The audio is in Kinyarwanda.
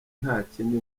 ntakindi